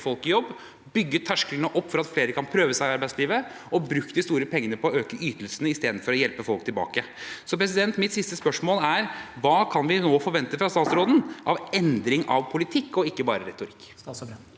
folk i jobb. Man har bygget opp tersklene for at flere kan prøve seg i arbeidslivet og brukt de store pengene på å øke ytelsene istedenfor å hjelpe folk tilbake. Mitt siste spørsmål er: Hva kan vi nå forvente fra statsråden av endring av politikk, og ikke bare retorikk?